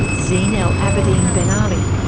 zine el abidine ben ali,